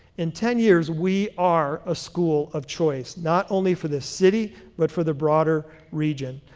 in ten years we are a school of choice, not only for the city but for the broader region.